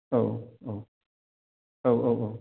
औ औ औ औ औ